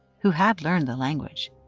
who had learned the language.